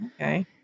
Okay